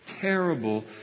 terrible